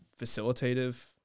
facilitative